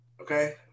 okay